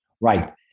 Right